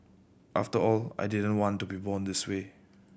after all I didn't want to be born this way